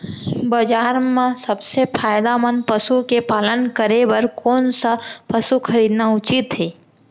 बजार म सबसे फायदामंद पसु के पालन करे बर कोन स पसु खरीदना उचित हे?